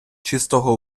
чистого